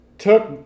took